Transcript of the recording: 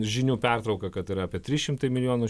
žinių pertrauką kad yra apie trys šimtai milijonų